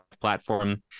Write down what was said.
platform